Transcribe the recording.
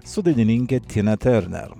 su dainininke tina terner